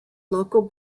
local